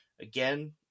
again